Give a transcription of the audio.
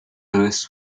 louis